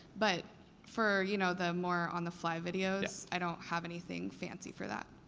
but for you know the more on the fly videos, i don't have anything fancy for that.